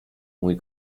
mój